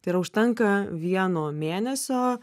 tai yra užtenka vieno mėnesio